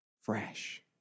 fresh